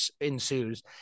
ensues